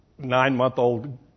nine-month-old